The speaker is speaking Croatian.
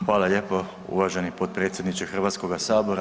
Hvala lijepo uvaženi potpredsjedniče Hrvatskoga sabora.